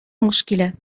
مشكلة